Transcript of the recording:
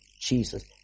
Jesus